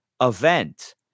event